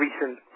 recent